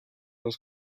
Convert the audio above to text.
was